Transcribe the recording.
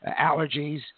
allergies